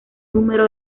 número